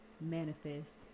manifest